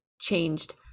changed